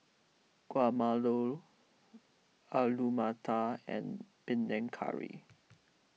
Alu Matar and Panang Curry